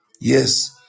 Yes